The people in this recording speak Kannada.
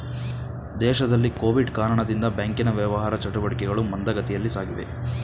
ದೇಶದಲ್ಲಿ ಕೊವಿಡ್ ಕಾರಣದಿಂದ ಬ್ಯಾಂಕಿನ ವ್ಯವಹಾರ ಚಟುಟಿಕೆಗಳು ಮಂದಗತಿಯಲ್ಲಿ ಸಾಗಿವೆ